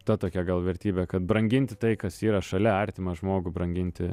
ta tokia gal vertybė kad branginti tai kas yra šalia artimą žmogų branginti